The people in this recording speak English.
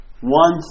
One